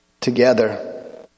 together